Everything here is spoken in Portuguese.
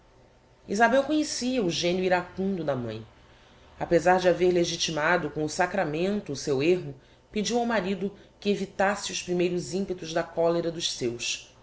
isabel conhecia o genio iracundo da mãi apesar de haver legitimado com o sacramento o seu erro pediu ao marido que evitasse os primeiros impetos da colera dos seus